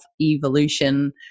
evolution